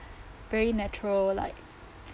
very natural like